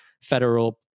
federal